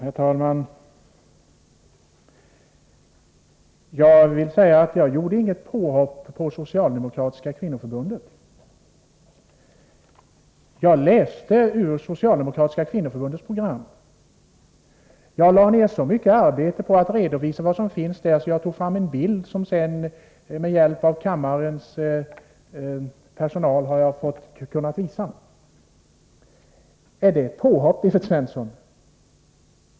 Herr talman! Jag vill säga att jag inte gjorde något påhopp på Socialdemokratiska kvinnoförbundet. Jag läste bara ur Kvinnoförbundets familjepolitiska program. Och jag lade ner så mycket arbete på att redovisa vad som finns där att jag tog fram en bild som jag sedan med hjälp av kammarens personal kunde visa här på bildskärmen.